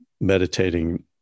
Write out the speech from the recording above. meditating